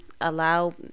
allow